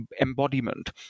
embodiment